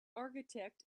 architect